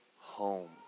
home